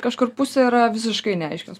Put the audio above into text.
kažkur pusė yra visiškai neaiškios